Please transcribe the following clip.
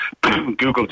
Google